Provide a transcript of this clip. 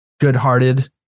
good-hearted